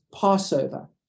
Passover